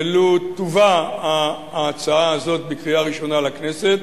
ולו תובא ההצעה הזאת לקריאה ראשונה לכנסת,